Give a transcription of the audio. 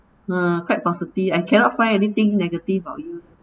ah quite positive I cannot find anything negative about you